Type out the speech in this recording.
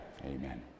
Amen